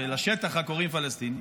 שלשטח רק קוראים פלשתינה,